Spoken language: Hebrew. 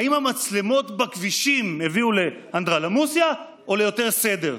האם המצלמות בכבישים הביאו לאנדרלמוסיה או ליותר סדר?